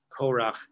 Korach